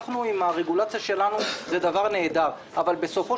הרגולציה שלנו היא דבר נהדר אבל בסופו